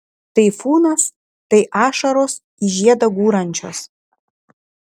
taifūnas tai ašaros į žiedą gūrančios